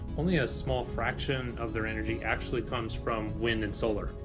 only a small fraction of their energy actually comes from wind and solar.